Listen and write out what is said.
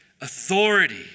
Authority